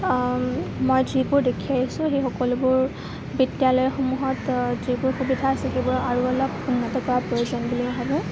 মই যিবোৰ দেখি আহিছোঁ সেই সকলোবোৰ বিদ্যলয়সমূহত যিবোৰ সুবিধা আছে সেইবোৰ আৰু অলপ উন্নত কৰাৰ প্ৰয়োজন বুলি মই ভাবোঁ